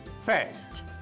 First